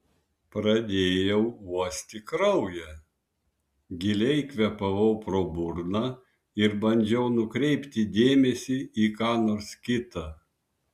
pradėjau uosti kraują giliai kvėpavau pro burną ir bandžiau nukreipti dėmesį į ką nors kita